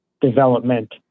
development